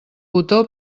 botó